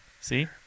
See